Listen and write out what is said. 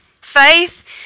Faith